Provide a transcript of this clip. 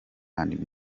and